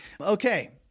Okay